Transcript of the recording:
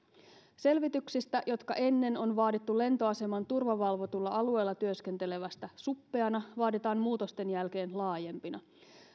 selvitykset jotka ennen on vaadittu lentoaseman turvavalvotulla alueella työskentelevistä suppeina vaaditaan muutosten jälkeen laajempina